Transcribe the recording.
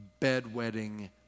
bedwetting